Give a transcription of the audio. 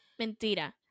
Mentira